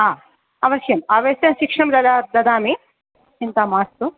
अवश्यम् अवश्यं शिक्षां ददामि चिन्ता मास्तु